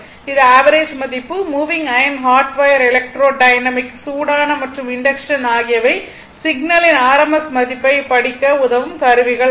இது ஆவரேஜ் மதிப்பு moving iron hot wire electrodynamic சூடான மற்றும் இண்டக்ஷன் ஆகியவை சிக்னலின் RMS மதிப்பைப் படிக்க உதவும் கருவிகள் ஆகும்